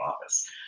office